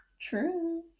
True